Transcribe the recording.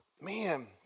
Man